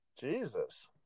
jesus